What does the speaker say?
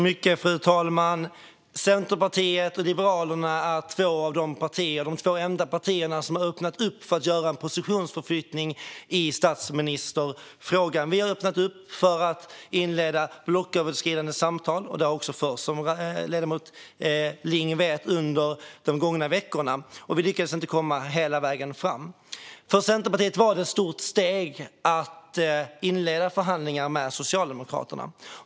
Fru talman! Centerpartiet och Liberalerna är de två enda partier som har öppnat för att göra en positionsförflyttning i statsministerfrågan. Vi har öppnat för att inleda blocköverskridande samtal, och sådana har som ledamot Ling vet förts under de gångna veckorna. Vi lyckades inte komma hela vägen fram. För Centerpartiet var det ett stort steg att inleda förhandlingar med Socialdemokraterna.